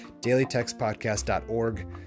dailytextpodcast.org